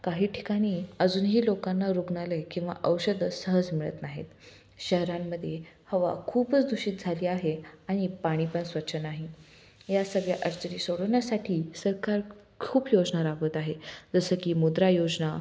काही ठिकाणी अजूनही लोकांना रुग्णालय किंवा औषधं सहज मिळत नाहीत शहरांमध्येे हवा खूपच दूषित झाली आहे आणि पाणीपण स्वच्छ नाही या सगळ्या अडचणी सोडवण्यासाठी सरकार खूप योजना राबवत आहे जसं की मुद्रा योजना